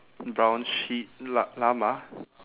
brown sheep lla~ llama